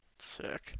sick